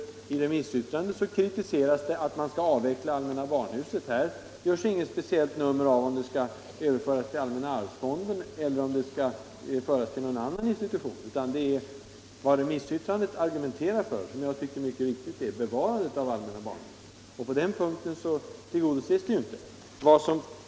I remissyttrandet kritiseras det att man skall avveckla allmänna barnhuset — det görs inget speciellt nummer av om det skall överföras till allmänna arvsfonden eller om det skall föras till någon annan institution. Remissyttrandet argumenterar för — och det tycker jag är riktigt — bevarandet av allmänna barnhuset. Det önskemålet tillgodoses inte med förslaget.